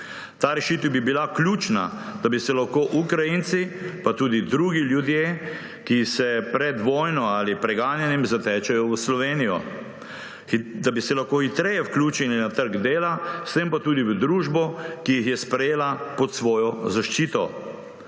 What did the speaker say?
Ta rešitev bi bila ključna, da bi se lahko Ukrajinci pa tudi drugi ljudje, ki se pred vojno ali preganjanjem zatečejo v Slovenijo, hitreje vključili na trg dela, s tem pa tudi v družbo, ki jih je sprejela pod svojo zaščito.